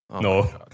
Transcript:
No